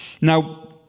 Now